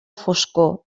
foscor